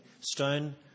stone